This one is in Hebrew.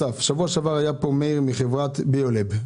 שעבר היה פה מאיר מחברת ביולאב (Biolab),